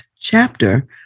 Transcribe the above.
chapter